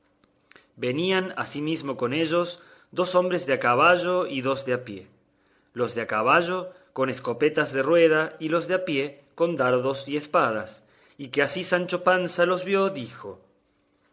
venían ansimismo con ellos dos hombres de a caballo y dos de a pie los de a caballo con escopetas de rueda y los de a pie con dardos y espadas y que así como sancho panza los vido dijo